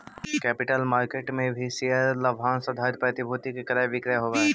capital market में भी share लाभांश आधारित प्रतिभूति के क्रय विक्रय होवऽ हई